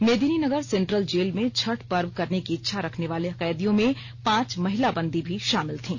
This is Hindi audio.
मेदिनीनगर सेंट्रल जेल में छठ पर्व करने की इच्छा रखने वाले कैदियों में पांच महिला बंदी भी शामिल थीं